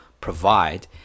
provide